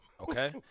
okay